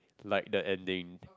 like the ending